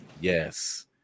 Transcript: yes